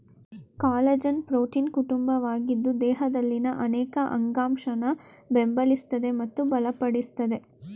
collagen ಪ್ರೋಟೀನ್ನ ಕುಟುಂಬವಾಗಿದ್ದು ದೇಹದಲ್ಲಿನ ಅನೇಕ ಅಂಗಾಂಶನ ಬೆಂಬಲಿಸ್ತದೆ ಮತ್ತು ಬಲಪಡಿಸ್ತದೆ